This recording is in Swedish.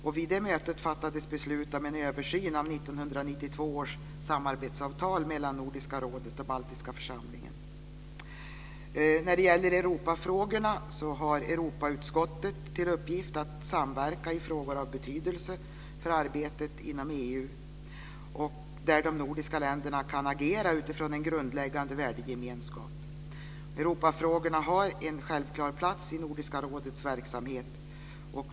Vid det mötet fattades det beslut om en översyn av 1992 års samarbetsavtal mellan När det gäller Europafrågorna har Europautskottet till uppgift att samverka i frågor av betydelse för arbetet inom EU där de nordiska länderna kan agera utifrån en grundläggande värdegemenskap. Europafrågorna har en självklar plats i Nordiska rådets verksamhet.